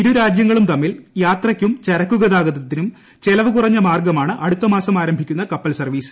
ഇരുരാജ്യങ്ങൾക്കും തമ്മിൽ യാത്രയ്ക്കും ചരക്ക് ഗതാഗതത്തിനും ചെലവ് കുറഞ്ഞ മാർഗ്ഗമാണ് അടുത്ത മാസം ആരംഭിക്കുന്ന കപ്പൽ സർവീസ്